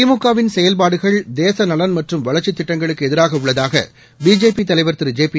திமுகவின் செயல்பாடுகள் தேசநலன் மற்றும் வளர்ச்சித் திட்டங்களுக்கு எதிராக உள்ளதாக பிஜேபி தலைவர் திரு ஜெபி